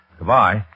Goodbye